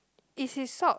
is his sock